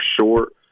short